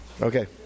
Okay